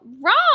wrong